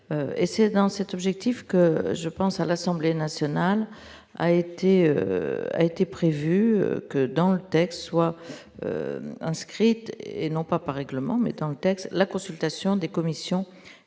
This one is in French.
c'est dans cet objectif que je pense à l'Assemblée nationale a été a été prévu que dans le texte soit inscrite et non pas par règlement mais dans le texte, la consultation des commissions et